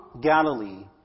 Galilee